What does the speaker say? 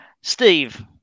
Steve